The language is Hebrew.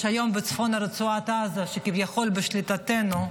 יש היום בצפון רצועת עזה, שכביכול בשליטתנו,